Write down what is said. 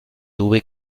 tuve